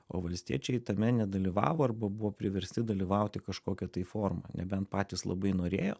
o valstiečiai tame nedalyvavo arba buvo priversti dalyvauti kažkokia tai forma nebent patys labai norėjo